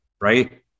right